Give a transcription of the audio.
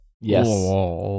yes